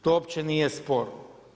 To uopće nije sporno.